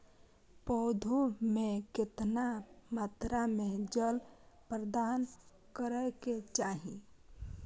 पौधों में केतना मात्रा में जल प्रदान करै के चाही?